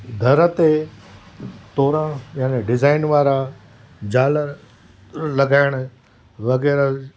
दर ते तोरण यानी डिज़ाइन वारा झालर लॻाइण वग़ैरह